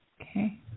Okay